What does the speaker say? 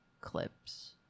clips